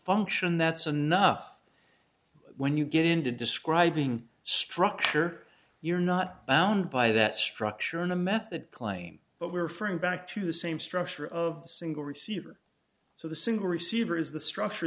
function that's enough when you get into describing structure you're not bound by that structure in a method claim but we're referring back to the same structure of the single receiver so the single receiver is the structure